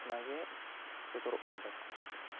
ᱚᱱᱟ ᱜᱮ ᱥᱚᱫᱚᱨᱚᱜ ᱠᱟᱱ ᱛᱟᱠᱚᱣᱟ